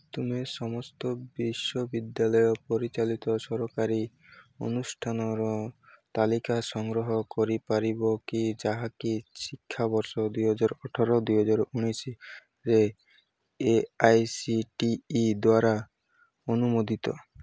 ତୁମେ ସମସ୍ତ ବିଶ୍ୱବିଦ୍ୟାଳୟ ପରିଚାଳିତ ସରକାରୀ ଅନୁଷ୍ଠାନର ତାଲିକା ସଂଗ୍ରହ କରିପାରିବ କି ଯାହାକି ଶିକ୍ଷାବର୍ଷ ଦୁଇହଜାର ଅଠର ଦୁଇହଜାର ଉଣେଇଶିରେ A I C T E ଦ୍ୱାରା ଅନୁମୋଦିତ